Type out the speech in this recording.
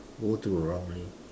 go to the wrong lane